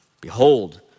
Behold